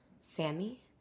Sammy